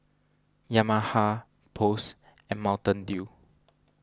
Yamaha Post and Mountain Dew